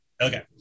Okay